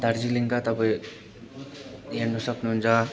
दार्जिलिङका तपाईँ हेर्न सक्नुहुन्छ